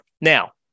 Now